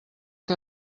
que